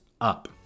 up